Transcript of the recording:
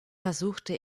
versuchte